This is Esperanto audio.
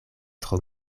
tro